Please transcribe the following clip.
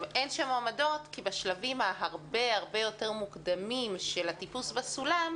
אין שם מועמדות כי בשלבים הרבה יותר מוקדמים של הטיפוס בסולם,